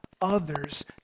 others